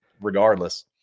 regardless